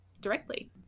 directly